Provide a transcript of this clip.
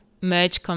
merge